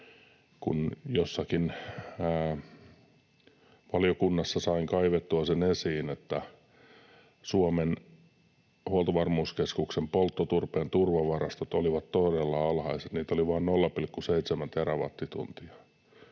jossakin valiokunnassa sain kaivettua sen esiin, että Suomen Huoltovarmuuskeskuksen polttoturpeen turvavarastot olivat todella alhaiset, niitä oli vain 0,7 terawattituntia.